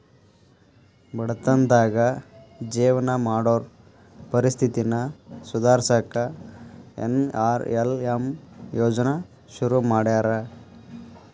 ಬಡತನದಾಗ ಜೇವನ ಮಾಡೋರ್ ಪರಿಸ್ಥಿತಿನ ಸುಧಾರ್ಸಕ ಎನ್.ಆರ್.ಎಲ್.ಎಂ ಯೋಜ್ನಾ ಶುರು ಮಾಡ್ಯಾರ